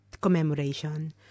commemoration